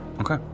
Okay